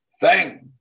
Thank